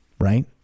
Right